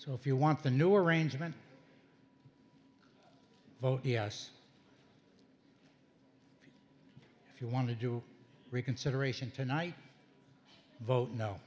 so if you want the new arrangement vote yes if you want to do reconsideration tonight vote no